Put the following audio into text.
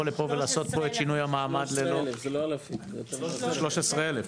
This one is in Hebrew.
לפה ולעשות פה את שינוי המעמד --- כ- 13,000 משפחות.